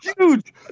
huge